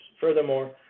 Furthermore